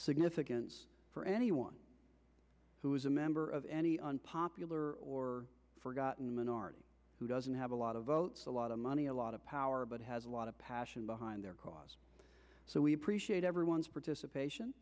significance for anyone who is a member of any unpopular or forgotten minority who doesn't have a lot of votes a lot of money a lot of power but has a lot of passion behind their cause so we appreciate everyone's